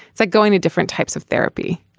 it's like going to different types of therapy.